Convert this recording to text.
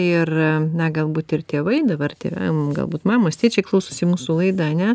ir na galbūt ir tėvai dabar tėvam galbūt mamos tėčiai klausosi mūsų laidą ane